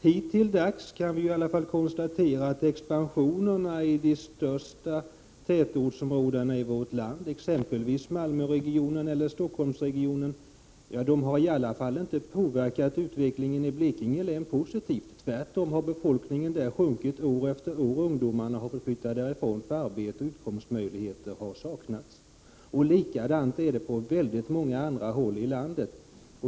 Vi kan konstatera att expansionen i de större tätortsområdena i vårt land, exempelvis Malmöregionen och Stockholmsregionen, i varje fall hittills inte har påverkat utvecklingen i Blekinge län på ett positivt sätt. Tvärtom har befolkningens antal minskat år efter år. Främst ungdomar har flyttat därifrån eftersom utkomstmöjligheter och arbete saknats. Likadant är det på många andra håll i landet.